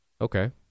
Okay